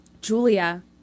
Julia